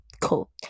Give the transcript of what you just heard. cool